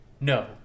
No